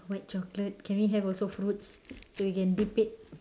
white chocolate can we have also fruits so we can dip it